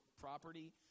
property